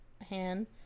hand